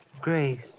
Grace